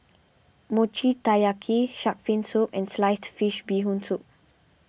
Mochi Taiyaki Shark's Fin Soup and Sliced Fish Bee Hoon Soup